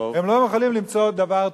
הם לא יכולים למצוא דבר טוב,